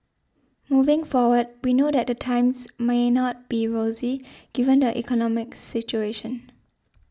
moving forward we know that the times may not be rosy given the economic situation